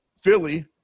Philly